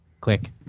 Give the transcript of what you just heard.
click